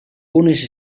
unes